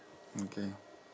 okay